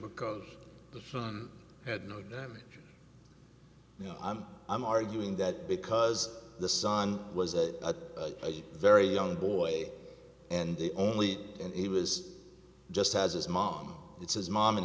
because the son had no you know i'm i'm arguing that because the son was a very young boy and the only and he was just has his mom it's his mom and